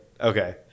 Okay